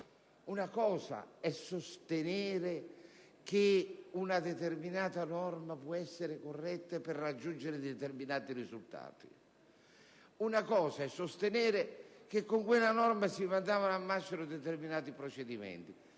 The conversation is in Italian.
Un fatto è sostenere che una determinata norma può essere corretta per raggiungere determinati risultati; altro fatto è sostenere che, con quella norma, si mandavano al macero determinati procedimenti.